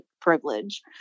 privilege